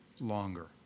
longer